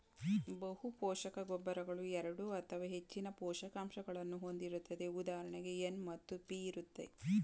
ಬಹುಪೋಷಕ ಗೊಬ್ಬರಗಳು ಎರಡು ಅಥವಾ ಹೆಚ್ಚಿನ ಪೋಷಕಾಂಶಗಳನ್ನು ಹೊಂದಿರುತ್ತದೆ ಉದಾಹರಣೆಗೆ ಎನ್ ಮತ್ತು ಪಿ ಇರುತ್ತೆ